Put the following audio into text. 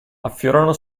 affiorano